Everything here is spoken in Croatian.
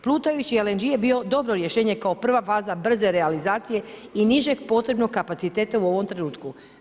Plutajući LNG je bio dobro rješenje kao prva faza brze realizacije i nižeg potrebnog kapaciteta u ovom trenutku.